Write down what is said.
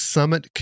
Summit